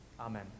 Amen